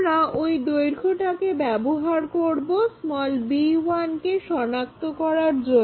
আমরা ওই দৈর্ঘ্যটাকে ব্যবহার করব b1 কে সনাক্ত করার জন্য